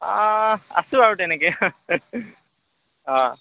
অঁ আছোঁ আৰু তেনেকৈ অঁ